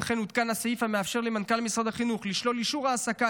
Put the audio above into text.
וכן עודכן הסעיף המאפשר למנכ"ל משרד החינוך לשלול אישור העסקה